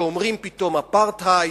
שאומרים פתאום: אפרטהייד,